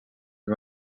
are